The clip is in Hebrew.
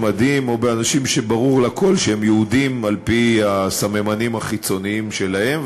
מדים או באנשים שברור לכול שהם יהודים על-פי הסממנים החיצוניים שלהם,